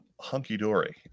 hunky-dory